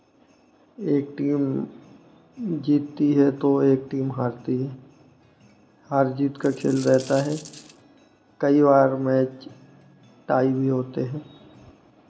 एक टीम जीतती है तो एक टीम हारती है हार जीत का खेल रहता है कई बार मैच टाई भी होते हैं